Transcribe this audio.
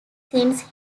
since